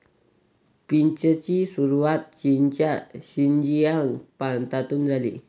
पीचची सुरुवात चीनच्या शिनजियांग प्रांतातून झाली